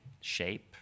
SHAPE